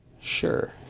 Sure